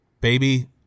baby